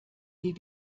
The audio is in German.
wie